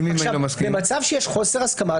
במצב שיש חוסר הסכמה,